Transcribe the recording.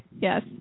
yes